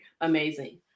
amazing